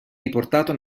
riportato